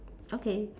okay